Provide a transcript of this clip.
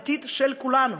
העתיד של כולנו.